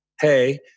Hey